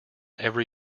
every